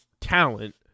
talent